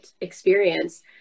experience